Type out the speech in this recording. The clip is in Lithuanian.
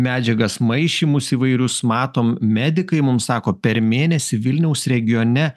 medžiagas maišymus įvairius matom medikai mums sako per mėnesį vilniaus regione